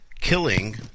killing